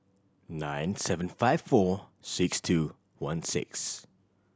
nine seven five four six two one six